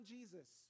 Jesus